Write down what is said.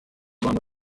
abantu